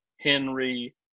Henry